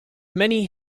many